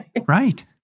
right